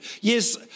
Yes